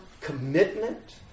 commitment